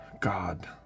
God